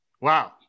Wow